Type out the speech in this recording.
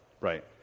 Right